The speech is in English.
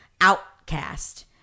outcast